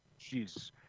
Jeez